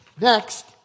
Next